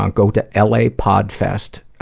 um go to lapodfest.